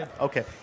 Okay